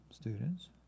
students